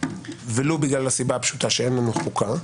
ולו בגלל הסיבה הפשוטה שאין לנו חוקה,